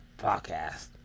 Podcast